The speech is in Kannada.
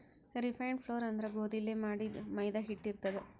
ರಿಫೈನ್ಡ್ ಫ್ಲೋರ್ ಅಂದ್ರ ಗೋಧಿಲೇ ಮಾಡಿದ್ದ್ ಮೈದಾ ಹಿಟ್ಟ್ ಇರ್ತದ್